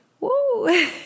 Woo